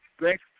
Thanks